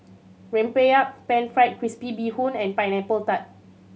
rempeyek Pan Fried Crispy Bee Hoon and Pineapple Tart